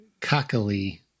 cockily